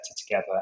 together